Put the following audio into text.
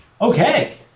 Okay